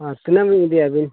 ᱟᱨ ᱛᱤᱱᱟᱹᱜ ᱵᱤᱱ ᱤᱫᱤᱭᱟ ᱟᱹᱵᱤᱱ